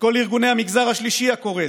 כל ארגוני המגזר השלישי הקורס,